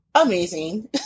Amazing